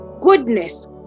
goodness